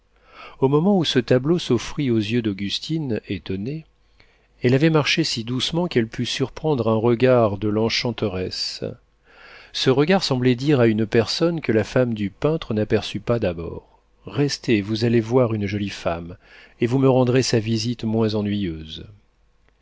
au moment où ce tableau s'offrit aux yeux d'augustine étonnée elle avait marché si doucement qu'elle put surprendre un regard de l'enchanteresse ce regard semblait dire à une personne que la femme du peintre n'aperçut pas d'abord restez vous allez voir une jolie femme et vous me rendrez sa visite moins ennuyeuse